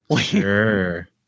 Sure